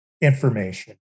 information